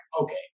Okay